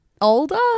older